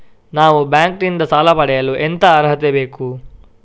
ನಾವು ಬ್ಯಾಂಕ್ ನಿಂದ ಸಾಲ ಪಡೆಯಲು ಎಂತ ಅರ್ಹತೆ ಬೇಕು?